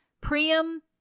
Priam